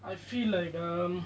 I feel like um